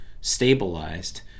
stabilized